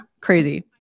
crazy